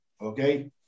okay